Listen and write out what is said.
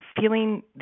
feeling